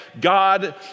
God